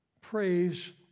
praise